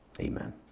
amen